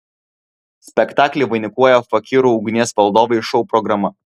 spektaklį vainikuoja fakyrų ugnies valdovai šou programa